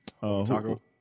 Taco